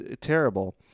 terrible